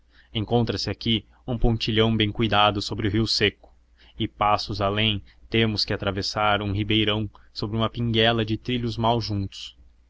encontra-se aqui um pontilhão bem cuidado sobre um rio seco e passos além temos que atravessar um ribeirão sobre uma pinguela de trilhos mal juntos